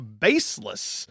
baseless